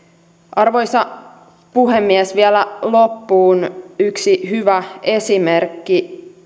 arvoisa puhemies vielä loppuun yksi hyvä esimerkki